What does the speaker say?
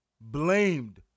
blamed